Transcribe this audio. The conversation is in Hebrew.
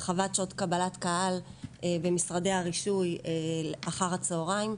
הרחבת שעות קבלת קהל במשרדי הרישוי אחר הצהריים,